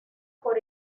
por